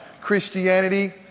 Christianity